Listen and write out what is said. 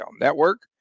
Network